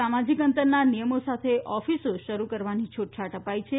સામાજિક અંતરના નિયમો સાથે ઓફિસો શરૂ કરવાની છૂટછાટ અપાઈ છે